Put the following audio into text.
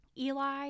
Eli